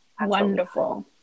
Wonderful